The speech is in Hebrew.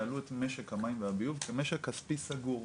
משק המים והביוב כמשק כספי סגור,